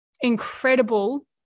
incredible